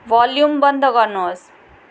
volume बन्द गर्नुहोस्